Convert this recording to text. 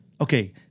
Okay